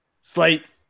Slate